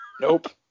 nope